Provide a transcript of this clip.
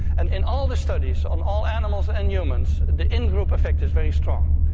and in all the studies on all animals and humans, the in-group effect is very strong.